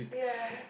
yeah